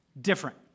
different